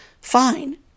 fine